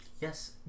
Yes